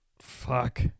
Fuck